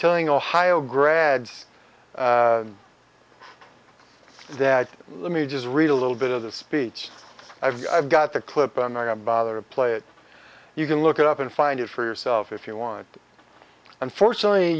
telling ohio grads that let me just read a little bit of the speech i've got the clip on i don't bother to play it you can look it up and find it for yourself if you want unfortunately